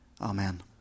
Amen